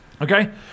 Okay